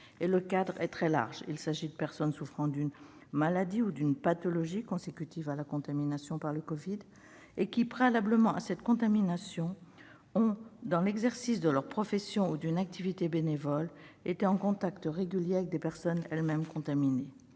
Le cadre est très large : il s'agit des personnes « souffrant d'une maladie ou d'une pathologie consécutive à la contamination par le Covid-19 et qui, préalablement à cette contamination, ont, dans l'exercice de leur profession ou d'une activité bénévole, été en contact régulier avec des personnes elles-mêmes contaminées